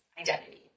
identity